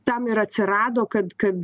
tam ir atsirado kad kad